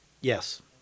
Yes